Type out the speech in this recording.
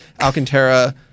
Alcantara